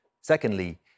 Secondly